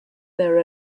their